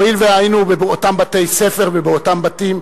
הואיל והיינו באותם בתי-ספר ובאותם בתים,